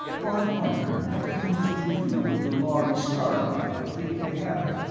bart wondered what humans would do with the lhari star-drive if they had it.